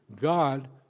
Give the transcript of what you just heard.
God